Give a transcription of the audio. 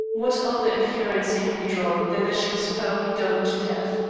what other inference can be drawn than that she was foully done to death?